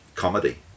comedy